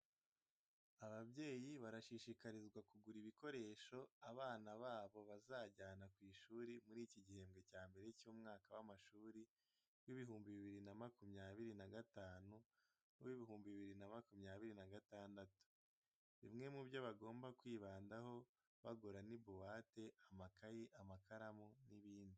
Ababyeyi barashishikarizwa kugura ibikoresho abana babo bazajyana ku ishuri muri iki gihembwe cya mbere cy'umwaka w'amashuri w'ibihumbi bibiri na makumyabiri na gatanu n'uw'ibihumbi bibiri na makumyabiri na gatandatu. Bimwe mu byo bagomba kwibandaho bagura ni buwate, amakayi, amakaramu n'ibindi.